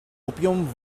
opium